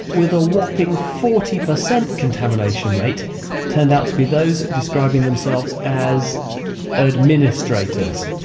with a whopping forty percent contamination rate turned out to be those describing themselves as administrators.